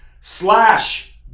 slash